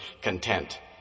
content